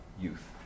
youth